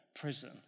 prison